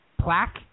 plaque